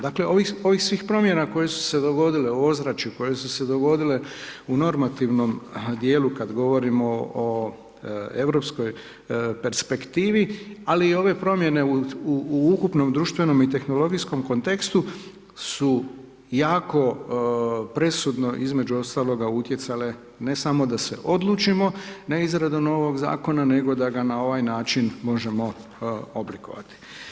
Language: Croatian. Dakle, ovih svih promjena koje su se dogodile u ozračju, koje su se dogodile u normativnom dijelu kad govorimo o europskoj perspektivi, ali i ove promjene u ukupnom društvenom i tehnologijskom kontekstu su jako presudno, između ostalog utjecale, ne samo da se odlučimo na izradu ovog zakona, nego da ga na ovaj način možemo oblikovati.